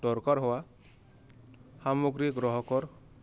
দৰকাৰ হোৱা সামগ্ৰী গ্ৰাহকৰ